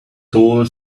tall